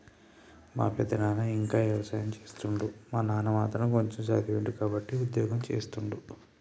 మా పెదనాన ఇంకా వ్యవసాయం చేస్తుండు మా నాన్న మాత్రం కొంచెమ్ చదివిండు కాబట్టే ఉద్యోగం చేస్తుండు